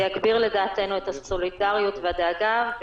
לדעתנו, זה יגביר את הסולידריות והדאגה.